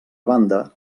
banda